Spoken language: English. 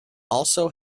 also